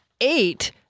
eight